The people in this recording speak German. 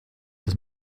dass